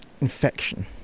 infection